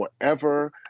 forever